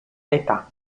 età